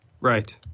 Right